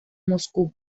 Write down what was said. moscú